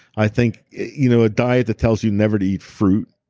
i think you know a diet that tells you never to eat fruit,